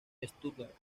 stuttgart